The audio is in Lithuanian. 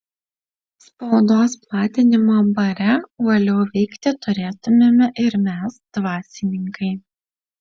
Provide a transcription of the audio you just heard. spaudos platinimo bare uoliau veikti turėtumėme ir mes dvasininkai